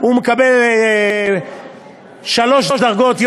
הוא מקבל שלוש דרגות,